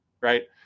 Right